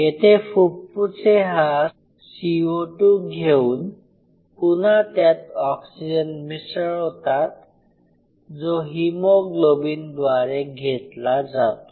येथे फुफ्फुसे हा CO2 घेऊन पुनः त्यात ऑक्सीजन मिसळवतात जो हीमोग्लोबिन द्वारे घेतला जातो